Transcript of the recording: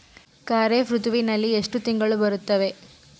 ಖಾರೇಫ್ ಋತುವಿನಲ್ಲಿ ಎಷ್ಟು ತಿಂಗಳು ಬರುತ್ತವೆ?